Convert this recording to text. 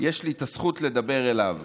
יש לי את הזכות לדבר אליו